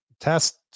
test